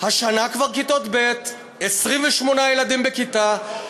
השנה כבר כיתות ב' 28 ילדים בכיתה.